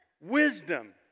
Wisdom